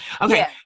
Okay